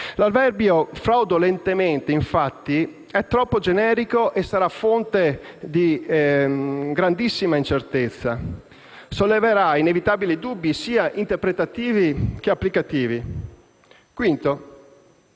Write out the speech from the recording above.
L'avverbio «fraudolentemente», infatti, è troppo generico e fonte di grandissima incertezza. Solleverà inevitabili dubbi sia interpretativi che applicativi. In quinto